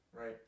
Right